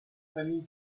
famille